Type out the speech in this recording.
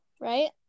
right